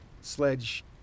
sledge